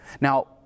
Now